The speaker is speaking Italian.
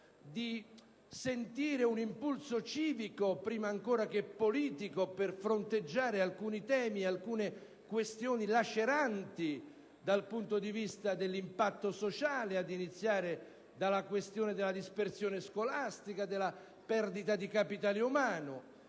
di sentire un impulso civico prima ancora che politico per fronteggiare alcune questioni laceranti dal punto di vista dell'impatto sociale, ad iniziare dalla questione della dispersione scolastica e della perdita di capitale umano